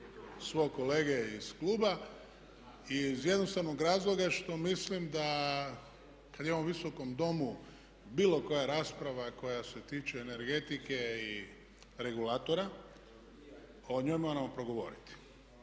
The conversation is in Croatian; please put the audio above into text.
svog kolege iz kluba iz jednostavnog razloga što mislim da kada je u ovom Visokom domu bilo koja rasprava koja se tiče energetike i regulatora o njoj moramo progovoriti.